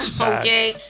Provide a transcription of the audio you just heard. okay